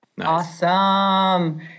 Awesome